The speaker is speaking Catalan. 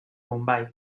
bombai